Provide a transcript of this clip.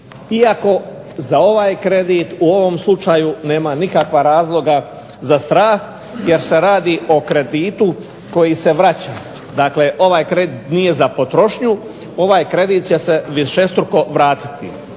iako za ovaj kredit u ovom slučaju nema n ikakva razloga za strah jer se radi o kreditu koji se vraća, dakle ovaj kredit nije za potrošnju, ovaj kredit će se višestruko vratiti.